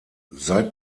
seit